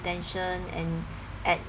hypertension and at